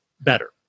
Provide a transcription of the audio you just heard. better